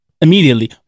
immediately